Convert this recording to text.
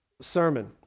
sermon